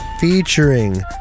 featuring